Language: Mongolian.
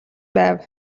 байв